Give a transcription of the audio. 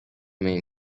main